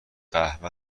قهوه